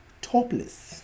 topless